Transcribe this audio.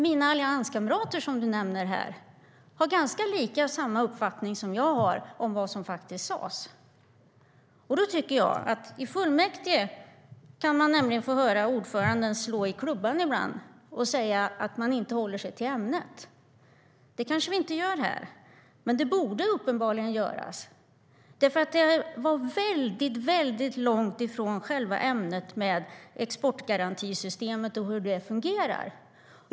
Mina allianskamrater, som du nämnde, har nog samma uppfattning som jag har om vad som faktiskt sas. Det som sas i anförandet var väldigt långt ifrån ämnet om exportgarantisystemet och hur det fungerar.